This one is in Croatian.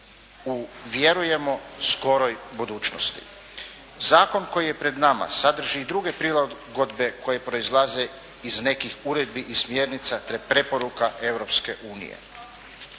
vjerujemo skoroj budućnosti. Zakon koji je pred nama, sadrži i druge prilagodbe koje proizlaze iz nekih uredbi i smjernica, te preporuka Europske unije.